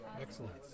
Excellent